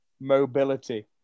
mobility